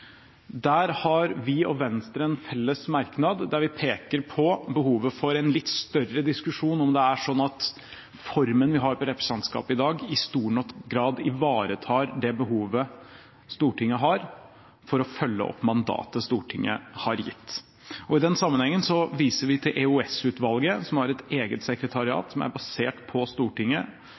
Vi og Venstre har en felles merknad der vi peker på behovet for en litt større diskusjon om hvorvidt den formen vi har på representantskapet i dag, i stor nok grad ivaretar det behovet Stortinget har for å følge opp mandatet Stortinget har gitt. I den sammenhengen viser vi til EOS-utvalget, som har et eget sekretariat som er basert på Stortinget,